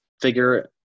figure